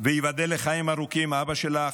וייבדל לחיים ארוכים אבא שלך,